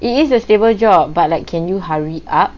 it is a stable job but like can you hurry up